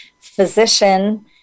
physician